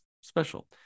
special